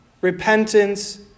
repentance